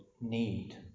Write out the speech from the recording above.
need